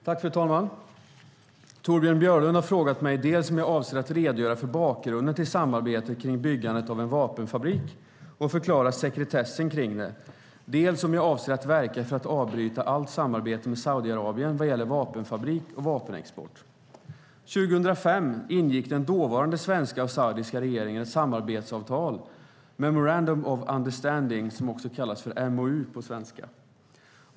Fru talman! Torbjörn Björlund har frågat mig dels om jag avser att redogöra för bakgrunden till samarbetet kring byggandet av en vapenfabrik och förklara sekretessen kring det, dels om jag avser att verka för att avbryta allt samarbete med Saudiarabien vad gäller vapenfabrik och vapenexport. År 2005 ingick den dåvarande svenska och saudiska regeringen ett samarbetsavtal - Memorandum of Understanding, som också kallas för MoU på svenska.